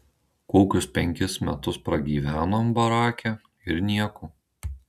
kokius penkis metus pragyvenom barake ir nieko